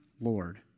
Lord